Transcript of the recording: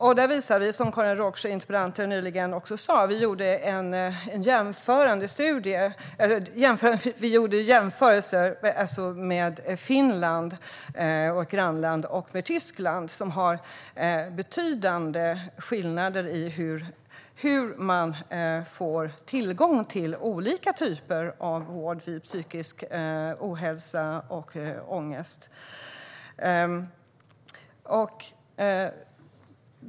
Vi gjorde en jämförelse med Finland och Tyskland, som också Karin Rågsjö - interpellanten - nyss tog upp. Skillnaderna är betydande när det gäller att få tillgång till olika typer av vård vid psykisk ohälsa och ångest.